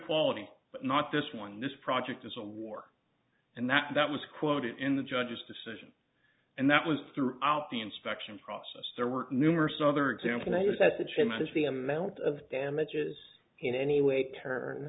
quality but not this one this project is a war and that that was quoted in the judge's decision and that was throughout the inspection process there were numerous other examples is that the chairman is the amount of damages in any way turn